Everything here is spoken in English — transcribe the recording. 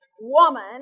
woman